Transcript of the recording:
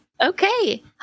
Okay